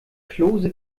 klose